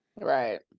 Right